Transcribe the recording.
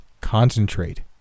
Concentrate